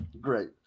great